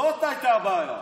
זאת הייתה הבעיה.